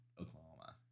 Oklahoma